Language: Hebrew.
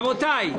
רבותי.